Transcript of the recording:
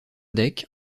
deck